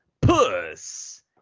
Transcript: Puss